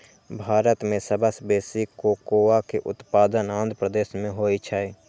भारत मे सबसं बेसी कोकोआ के उत्पादन आंध्र प्रदेश मे होइ छै